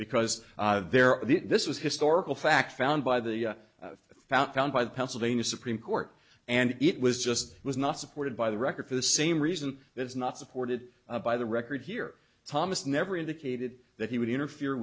are the this was historical fact found by the found found by the pennsylvania supreme court and it was just was not supported by the record for the same reason that is not supported by the record here thomas never indicated that he would interfere